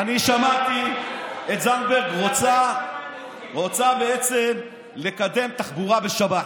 שמעתי את זנדברג רוצה בעצם לקדם תחבורה בשבת.